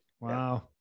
Wow